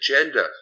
agenda